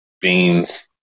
beans